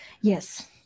Yes